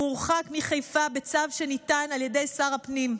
הוא הורחק מחיפה בצו שניתן על ידי שר הפנים.